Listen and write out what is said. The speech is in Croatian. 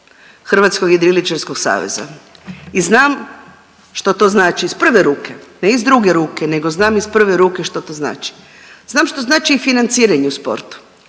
Hrvatskog jedriličarskog saveza i znam što to znači iz prve ruke, ne iz druge ruke, nego znam iz prve ruke što to znači. Znam što znači i financiranje u sportu,